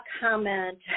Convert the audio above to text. comment